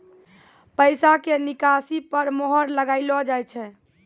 पैसा के निकासी पर मोहर लगाइलो जाय छै